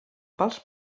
pels